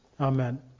Amen